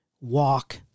Walk